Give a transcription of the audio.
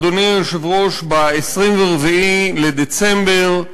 אדוני היושב-ראש, ב-24 בדצמבר,